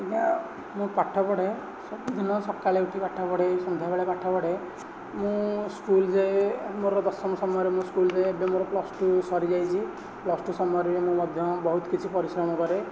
ଆଜ୍ଞା ମୁଁ ପାଠ ପଢେ ସବୁଦିନ ସକାଳେ ଉଠି ପାଠ ପଢେ ସନ୍ଧ୍ୟାବେଳେ ପାଠ ପଢେ ମୁଁ ସ୍କୁଲ୍ ଯାଏ ମୋର ଦଶମ ସମୟରେ ମୁଁ ସ୍କୁଲ୍ ଯାଏ ଏବେ ମୋର ପ୍ଲସ୍ ଟୁ ସରିଯାଇଛି ପ୍ଲସ୍ ଟୁ ସମୟରେ ବି ମୁଁ ମଧ୍ୟ ବହୁତ କିଛି ପରିଶ୍ରମ କରେ